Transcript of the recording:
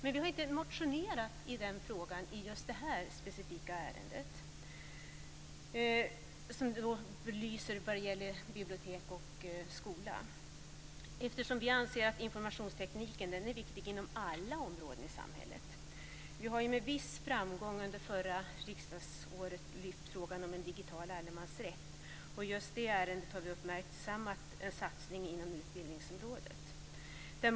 Vi har dock inte motionerat om det i detta sammanhang, som gäller bibliotek och skola. Vi anser att informationstekniken är viktig inom alla områden i samhället. Vi har under det förra riksmötet med viss framgång lyft fram frågan om en digital allemansrätt, och i det ärendet har vi uppmärksammat en satsning inom bildningsområdet.